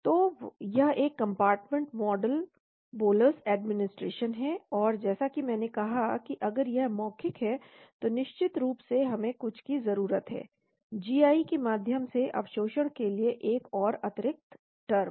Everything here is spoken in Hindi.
तो यह एक कम्पार्टमेंट मॉडल बोलस ऐड्मिनिस्ट्रेशन है और जैसा कि मैंने कहा कि अगर यह मौखिक है तो निश्चित रूप से हमें कुछ की जरूरत है जीआई के माध्यम से अवशोषण के लिए एक और अतिरिक्त टर्म